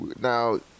now